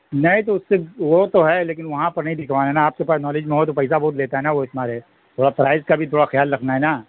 نہیں تو اس سے وہ تو ہے لیکن وہاں پر نہیں دکھوانا نا آپ کے پاس نالج میں ہو تو پیسہ بہت لیتا ہے نا وہ اس مارے تھوڑا پرائز کا بھی تھوڑا خیال رکھنا ہے نا